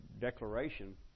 declaration